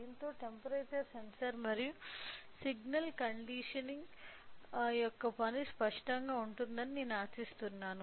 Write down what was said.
దీనితో temperature sensor మరియు signal conditioning యొక్క పని స్పష్టంగా ఉంటుందని నేను ఆశిస్తున్నాను